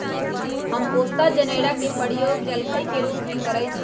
हम पोस्ता जनेरा के प्रयोग जलखइ के रूप में करइछि